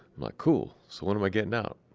like, cool, so when am i getting out?